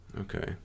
Okay